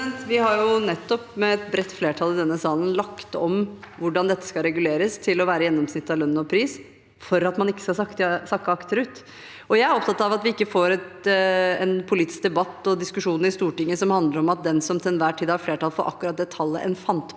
Vi har nettopp, med et bredt flertall i denne salen, lagt om hvordan dette skal reguleres, til å være gjennomsnitt av lønn og pris, for at man ikke skal sakke akterut. Jeg er opptatt av at vi ikke får en politisk debatt og diskusjon i Stortinget som handler om at den som til enhver tid har flertall for akkurat det tallet en fant på,